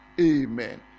Amen